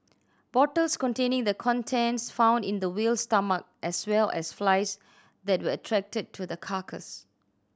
bottles containing the contents found in the whale's stomach as well as flies that were attracted to the carcass